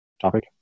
topic